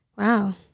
Wow